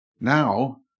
now